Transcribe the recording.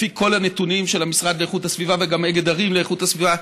לפי כל הנתונים של המשרד לאיכות הסביבה וגם אגד ערים לאיכות הסביבה,